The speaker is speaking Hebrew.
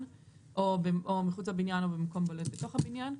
או מחוץ לבניין או במקום בולט בתוך הבניין.